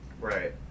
Right